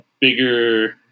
bigger